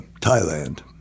Thailand